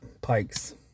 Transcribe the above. Pikes